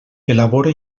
elabora